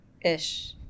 ish